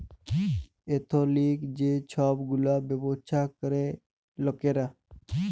এথলিক যে ছব গুলা ব্যাবছা ক্যরে লকরা